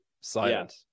silent